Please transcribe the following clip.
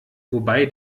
wobei